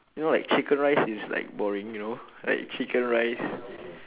you know like chicken rice is like boring you know like chicken rice